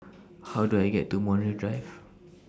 How Do I get to Montreal Drive